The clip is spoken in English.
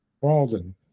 Walden